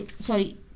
sorry